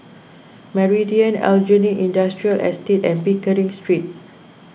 Meridian Aljunied Industrial Estate and Pickering Street